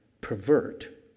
pervert